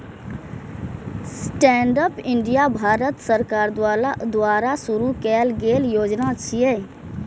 stand up India Bharat सरकार द्वारा शुरू कैल गेल योजना छियै